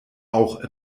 auch